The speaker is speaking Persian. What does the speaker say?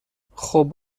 خوب